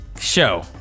show